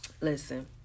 Listen